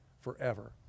forever